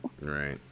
Right